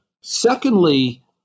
Secondly